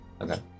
Okay